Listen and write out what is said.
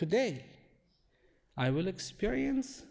today i will experience